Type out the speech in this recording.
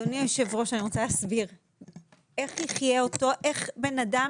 זה אומר שנכה על מיליון